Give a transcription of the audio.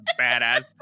badass